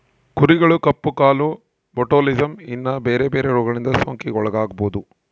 ಕುರಿಗಳು ಕಪ್ಪು ಕಾಲು, ಬೊಟುಲಿಸಮ್, ಇನ್ನ ಬೆರೆ ಬೆರೆ ರೋಗಗಳಿಂದ ಸೋಂಕಿಗೆ ಒಳಗಾಗಬೊದು